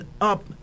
up